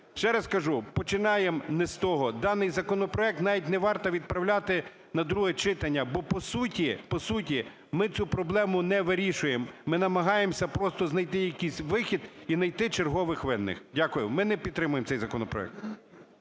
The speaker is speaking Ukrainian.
Ще раз кажу, починаємо не з того, даний законопроект навіть не варто відправляти на друге читання, бо, по суті, по суті, ми цю проблему не вирішуємо, ми намагаємося просто знайти якийсь вихід і найти чергових винних. Дякую. Ми не підтримуємо цей законопроект.